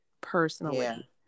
personally